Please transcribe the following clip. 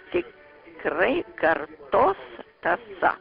tikrai kartos tąsa